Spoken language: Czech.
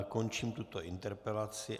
Končím tuto interpelaci.